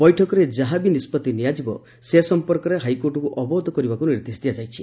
ବୈଠକରେ ଯାହାବି ନିଷ୍ବତ୍ତି ନିଆଯିବ ସେ ସମ୍ମର୍କରେ ହାଇକୋର୍ଟଙ୍କୁ ଅବଗତ କରିବାକୁ ନିର୍ଦ୍ଦେଶ ଦିଆଯାଇଛି